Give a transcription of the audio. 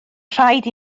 rhaid